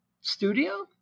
studio